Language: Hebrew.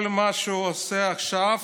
כל מה שהוא עושה עכשיו